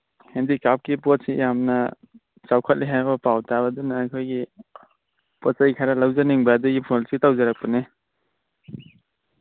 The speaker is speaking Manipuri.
ꯍꯦꯟꯗꯤ ꯀ꯭ꯔꯥꯐꯀꯤ ꯄꯣꯠꯁꯤ ꯌꯥꯝꯅ ꯆꯥꯎꯈꯠꯂꯦ ꯍꯥꯏꯕ ꯄꯥꯎ ꯇꯥꯕ ꯑꯗꯨꯅ ꯑꯩꯈꯣꯏꯒꯤ ꯄꯣꯠꯆꯩ ꯈꯔ ꯂꯧꯖꯅꯤꯡꯕ ꯑꯗꯨꯒꯤ ꯐꯣꯟꯁꯤ ꯇꯧꯖꯔꯛꯄꯅꯤ